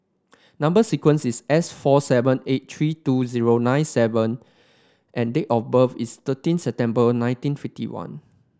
number sequence is S four seven eight three two zero nine seven and date of birth is thirteen September nineteen fifty one